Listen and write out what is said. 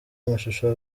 amashusho